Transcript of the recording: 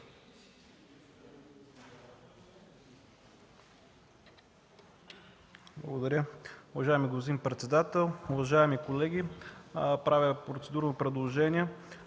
Благодаря. Уважаеми господин председател, уважаеми колеги! Правя процедурно предложение